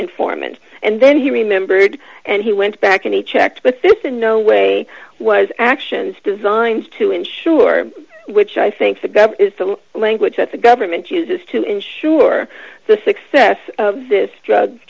informant and then he remembered and he went back and he checked with this in no way was actions designed to ensure which i think the gov is the language that the government uses to ensure the success of this drug